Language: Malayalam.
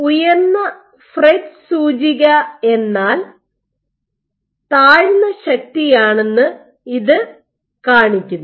ഉയർന്ന ഫ്രെറ്റ് സൂചിക എന്നാൽ താഴ്ന്ന ശക്തിയാണെന്ന് ഇത് കാണിക്കുന്നു